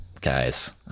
guys